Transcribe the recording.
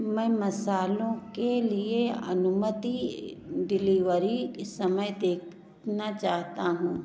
मैं मसालों के लिए अनुमति डिलीवरी समय देखना चाहता हूँ